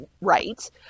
right